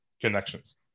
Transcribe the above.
connections